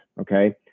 okay